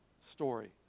story